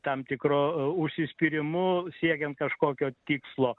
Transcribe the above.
tam tikro užsispyrimu siekiant kažkokio tikslo